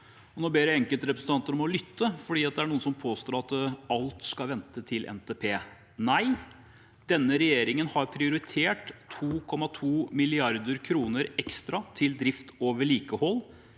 nå ber jeg enkelte representanter om å lytte, for det er noen som påstår at alt skal vente til NTP. Nei, denne regjeringen har prioritert 2,2 mrd. kr ekstra til drift og vedlikehold